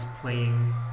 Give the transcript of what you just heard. playing